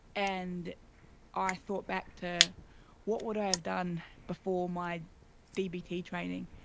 and i thought back to what would i have done before my dbt training.